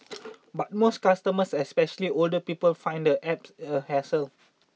but most customers especially older people find the App a hassle